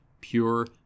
pure